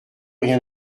rien